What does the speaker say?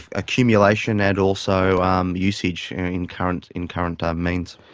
accumulation and also um usage in current in current um means.